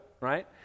right